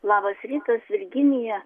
labas rytas virginija